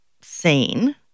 seen